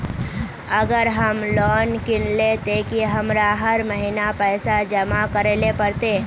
अगर हम लोन किनले ते की हमरा हर महीना पैसा जमा करे ले पड़ते?